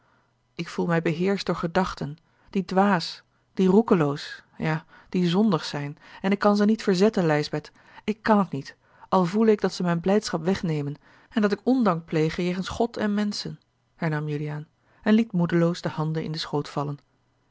ik voel mij beheerscht door gedachten die dwaas die roekeloos ja die zondig zijn en ik kan ze niet verzetten lijsbeth ik kan het niet al voele ik dat ze mijne blijdschap wegnemen en dat ik ondank plege jegens god en menschen hernam juliaan en liet moedeloos de handen in den schoot vallen